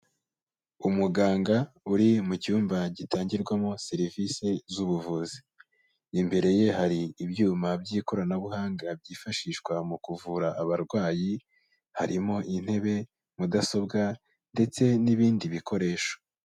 Umuganga uri mu cyumba gitangirwamo serivise z'ubuvuzi, imbere ye hari ibyuma by'ikoranabuhanga byifashishwa mu kuvura abarwayi, harimo intebe, mudasobwa ndetse n'ibindi bikoresho.